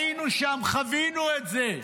היינו שם, חווינו את זה.